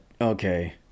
okay